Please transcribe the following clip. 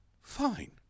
Fine